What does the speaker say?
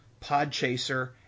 Podchaser